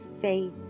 faith